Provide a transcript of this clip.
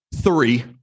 Three